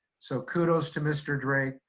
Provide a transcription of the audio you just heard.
so kudos to mr. drake.